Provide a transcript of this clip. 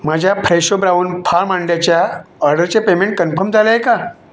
माझ्या Fresho brown farm अंड्याच्या ऑर्डरचे पेमेंट कन्फर्म झाले आहे का